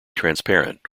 transparent